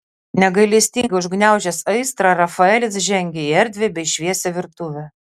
negailestingai užgniaužęs aistrą rafaelis žengė į erdvią bei šviesią virtuvę